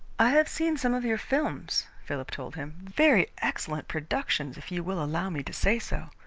i have seen some of your films, philip told him. very excellent productions, if you will allow me to say so.